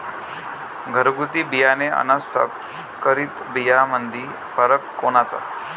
घरगुती बियाणे अन संकरीत बियाणामंदी फरक कोनचा?